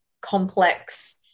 complex